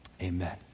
amen